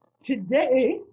Today